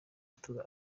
atoza